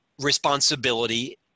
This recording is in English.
responsibility